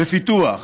בפיתוח,